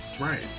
right